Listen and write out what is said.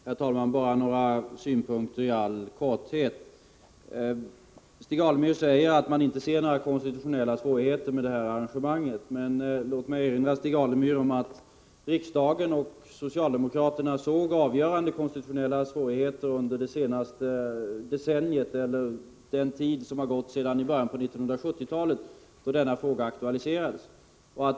Herr talman! Bara några synpunkter i all korthet: Stig Alemyr säger att han inte ser några konstitutionella svårigheter med detta arrangemang. Låt mig erinra Stig Alemyr om att riksdagen och socialdemokraterna såg avgörande konstitutionella svårigheter under det senaste decenniet, eller sedan början av 1970-talet, då denna fråga aktualiserades.